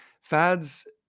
Fads